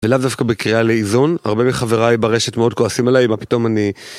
ולאו דווקא בקריאה לאיזון, הרבה מחבריי ברשת מאוד כועסים עליי, מה פתאום אני...